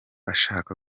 ashaka